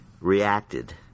reacted